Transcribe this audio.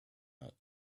out